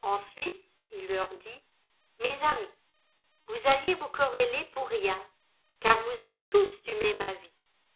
ensuite il leur dit mes amis vous alliez vous quereller pour rien car vous êtes tous du même avis